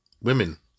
women